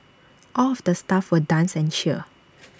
all of the staff will dance and cheer